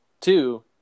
Two